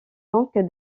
donc